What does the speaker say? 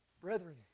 Brethren